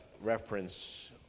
reference